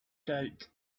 doubt